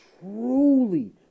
truly